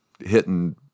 hitting